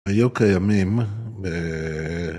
היו קיימים ב..